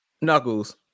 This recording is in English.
Knuckles